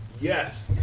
Yes